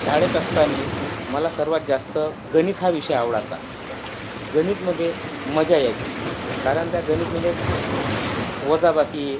शाळेत असताना मला सर्वांत जास्त गणित हा विषय आवडायचा गणितामध्ये मजा यायची कारण त्या गणितामध्ये वजाबाकी